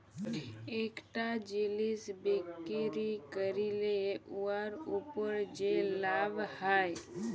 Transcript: ইকটা জিলিস বিক্কিরি ক্যইরে উয়ার উপর যে লাভ হ্যয়